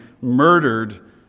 murdered